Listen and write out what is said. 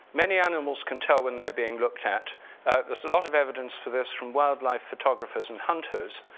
many animals can tell when they're being looked at. there's a lot of evidence for this from wildlife photographers and hunters.